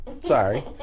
sorry